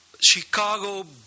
Chicago